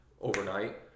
overnight